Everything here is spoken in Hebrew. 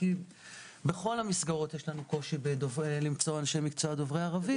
כי בכל המסגרות יש לנו קושי למצוא אנשי מקצוע דוברי ערבית,